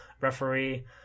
referee